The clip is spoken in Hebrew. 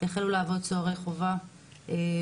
החלו לעבוד סוהרי חובה בשב"ס,